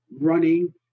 running